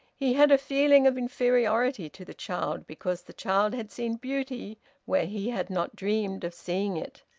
he had a feeling of inferiority to the child, because the child had seen beauty where he had not dreamed of seeing it.